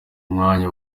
mwanya